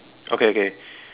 okay okay